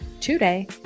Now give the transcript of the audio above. today